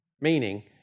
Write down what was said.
Meaning